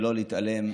חבר הכנסת אוסאמה סעדי,